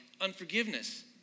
unforgiveness